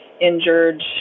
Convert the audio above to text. injured